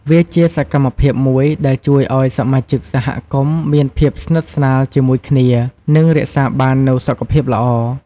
វាជាសកម្មភាពមួយដែលជួយឲ្យសមាជិកសហគមន៍មានភាពស្និទ្ធស្នាលជាមួយគ្នា និងរក្សាបាននូវសុខភាពល្អ។